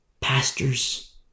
pastors